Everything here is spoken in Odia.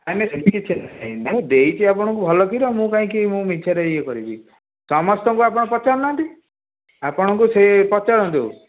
ନାହିଁ ନାହିଁ ସେମିତି କିଛି ନାହିଁ ମୁଁ ଦେଇଛି ଆପଣଙ୍କୁ ଭଲ କ୍ଷୀର ମୁଁ କାହିଁକି ମୁଁ ମିଛରେ ଇଏ କରିବି ସମସ୍ତଙ୍କୁ ଆପଣ ପଚାରୁନାହାନ୍ତି ଆପଣଙ୍କୁ ସେ ପଚାରନ୍ତୁ